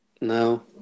No